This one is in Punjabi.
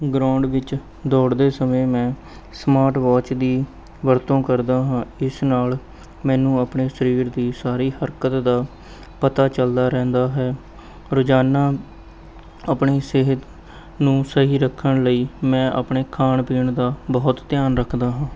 ਗਰਾਊਂਡ ਵਿੱਚ ਦੌੜ੍ਹਦੇ ਸਮੇਂ ਮੈਂ ਸਮਾਰਟ ਵਾਚ ਦੀ ਵਰਤੋਂ ਕਰਦਾ ਹਾਂ ਇਸ ਨਾਲ ਮੈਨੂੰ ਆਪਣੇ ਸਰੀਰ ਦੀ ਸਾਰੀ ਹਰਕਤ ਦਾ ਪਤਾ ਚੱਲਦਾ ਰਹਿੰਦਾ ਹੈ ਰੋਜ਼ਾਨਾ ਆਪਣੀ ਸਿਹਤ ਨੂੰ ਸਹੀ ਰੱਖਣ ਲਈ ਮੈਂ ਆਪਣੇ ਖਾਣ ਪੀਣ ਦਾ ਬਹੁਤ ਧਿਆਨ ਰੱਖਦਾ ਹਾਂ